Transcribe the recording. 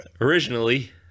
Originally